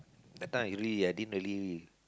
that time I usually I didn't really